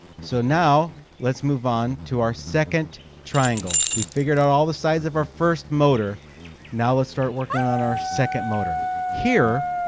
so now let's move on to our second triangle. we figured out all the sides of our first motor now let's start working on our second motor here.